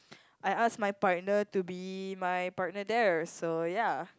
I ask my partner to be my partner there so ya